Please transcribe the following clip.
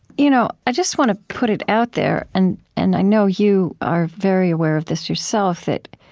you know i just want to put it out there and and i know you are very aware of this, yourself that